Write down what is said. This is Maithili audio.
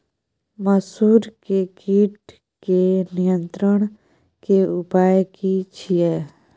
मसूर के कीट के नियंत्रण के उपाय की छिये?